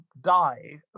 Die